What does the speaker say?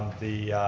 the,